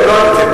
את עוד לא היית.